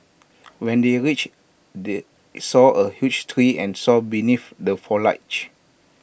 when they reached they saw A huge tree and sat beneath the foliage